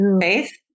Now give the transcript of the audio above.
Faith